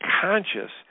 conscious